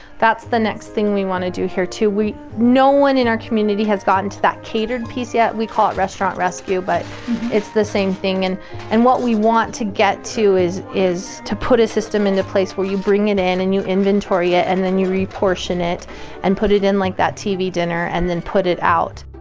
that's the next thing we wanna do here too. no one in our community has gotten to that catered piece yet, we call it restaurant rescue, but it's the same thing. and and what we want to get to is is to put a system into place where ou bring it in, and you inventory it and then you re-portion it and put it in like that tv dinner and then put it out.